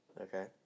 Okay